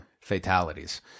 fatalities